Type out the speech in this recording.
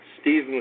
Steve